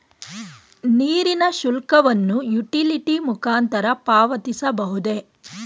ನೀರಿನ ಶುಲ್ಕವನ್ನು ಯುಟಿಲಿಟಿ ಮುಖಾಂತರ ಪಾವತಿಸಬಹುದೇ?